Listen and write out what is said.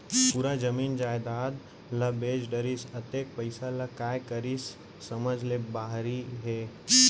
पूरा जमीन जयजाद ल बेच डरिस, अतेक पइसा ल काय करिस समझ ले बाहिर हे